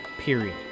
period